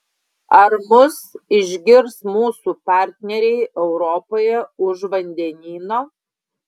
ar mus išgirs mūsų partneriai europoje už vandenyno